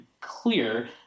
clear